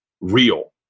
real